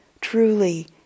truly